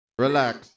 relax